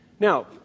Now